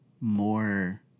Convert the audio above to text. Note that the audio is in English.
more